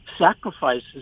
sacrifices